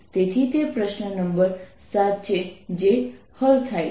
તેથી તે પ્રશ્ન નંબર 7 છે જે હલ થાય છે